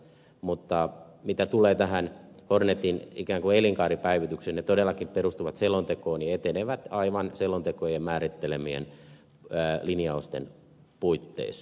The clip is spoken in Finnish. mutta mitä tulee tähän hornetin ikään kuin elinkaaripäivitykseen ne todellakin perustuvat selontekoon ja etenevät aivan selontekojen määrittelemien linjausten puitteissa